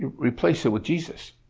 replace it with jesus.